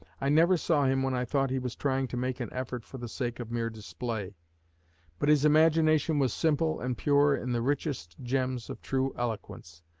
i never saw him when i thought he was trying to make an effort for the sake of mere display but his imagination was simple and pure in the richest gems of true eloquence.